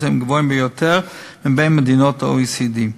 הם הגבוהים ביותר בקרב מדינות ה-OECD.